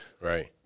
Right